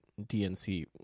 DNC